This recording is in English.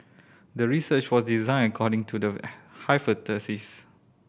the research was designed according to the